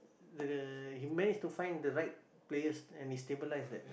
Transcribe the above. the he manage to find the right players and he stabilize that